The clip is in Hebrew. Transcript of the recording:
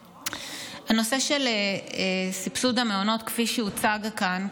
הנושא של סבסוד המעונות כפי שהוצג כאן,